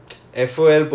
ya